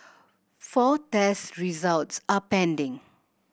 four test results are pending